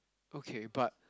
okay but